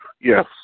Yes